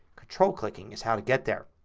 control clicking is how to get there.